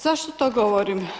Zašto to govorim?